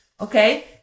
Okay